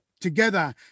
together